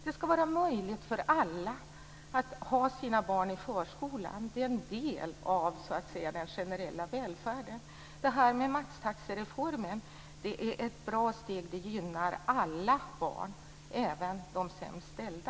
Det ska vara möjligt för alla att ha sina barn i förskolan. Det är en del av den generella välfärden. Det här med maxtaxereformen är ett bra steg. Det gynnar alla barn, även de sämst ställda.